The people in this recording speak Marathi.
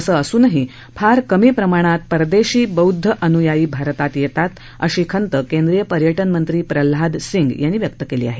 असं असूनही फार कमी प्रमाणात परदेशी बौद्ध अनुयायी भारतात येतात असी खंत केंद्रीय पर्यटन मंत्री प्रह्नाद सिंग यांनी व्यक्त केली आहे